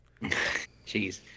Jeez